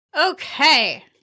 Okay